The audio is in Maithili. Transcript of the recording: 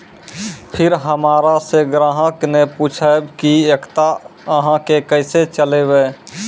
फिर हमारा से ग्राहक ने पुछेब की एकता अहाँ के केसे चलबै?